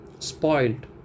spoiled